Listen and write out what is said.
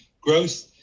Growth